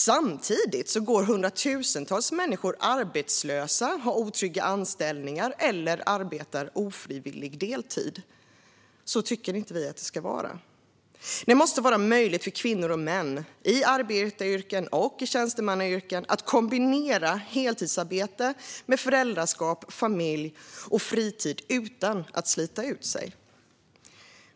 Samtidigt går hundratusentals människor arbetslösa, har otrygga anställningar eller arbetar ofrivilligt deltid. Så tycker inte vi att det ska vara. Det måste vara möjligt för kvinnor och män i arbetar och tjänstemannayrken att kombinera heltidsarbete med föräldraskap, familj och fritid utan att slita ut sig.